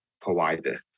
provider